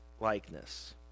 Likeness